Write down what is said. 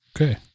okay